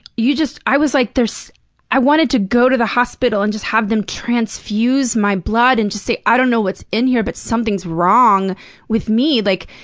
you just i was like, there's i wanted to go to the hospital and just have them transfuse my blood and just say, i don't know what's in here, but something's wrong with me. like